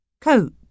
Coat